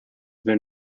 been